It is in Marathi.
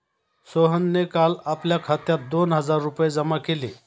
सोहनने काल आपल्या खात्यात दोन हजार रुपये जमा केले